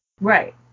Right